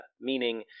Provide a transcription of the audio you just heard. Meaning